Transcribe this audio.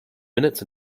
minutes